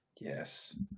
Yes